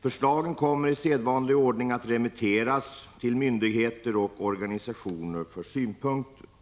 Förslagen kommer i sedvanlig ordning att remitteras till myndigheter och organisationer för synpunkter.